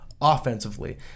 offensively